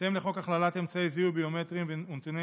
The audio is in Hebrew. בהתאם לחוק הכללת אמצעי זיהוי ביומטריים ונתוני